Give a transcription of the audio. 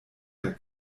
der